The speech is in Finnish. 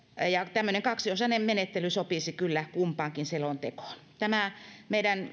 tämmöinen kaksiosainen menettely sopisi kyllä kumpaankin selontekoon tämä meidän